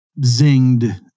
zinged